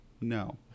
No